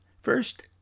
First